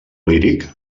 líric